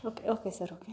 okay okay sir okay